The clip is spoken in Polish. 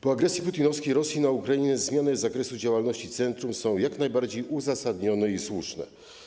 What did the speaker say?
Po agresji putinowskiej Rosji na Ukrainę zmiany, jeśli chodzi o zakres działalności centrum, są jak najbardziej uzasadnione i słuszne.